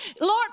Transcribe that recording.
Lord